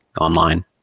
online